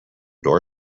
door